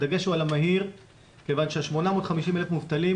הדגש הוא על המהיר כיוון שה-850,000 מובטלים,